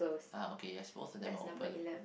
ah okay yes most of them are open